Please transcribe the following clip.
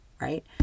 right